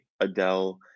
Adele